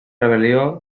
rebel·lió